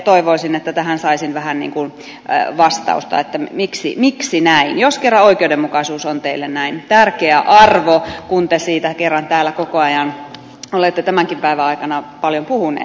toivoisin että tähän saisin vähän niin kuin vastausta että miksi näin jos kerran oikeudenmukaisuus on teille näin tärkeä arvo kun te siitä kerran täällä koko ajan olette tämänkin päivän aikana paljon puhuneet